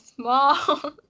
small